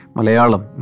Malayalam